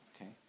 Okay